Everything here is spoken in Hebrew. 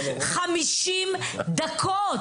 50 דקות